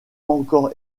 encore